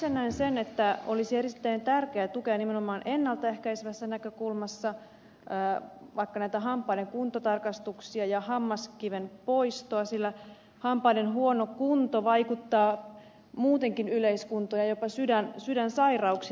itse näen että olisi erittäin tärkeää tukea nimenomaan ennalta ehkäisevässä näkökulmassa vaikka näitä hampaiden kuntotarkastuksia ja hammaskiven poistoa sillä hampaiden huono kunto vaikuttaa muutenkin yleiskuntoon ja jopa sydänsairauksiin